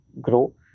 grow